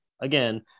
Again